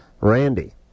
Randy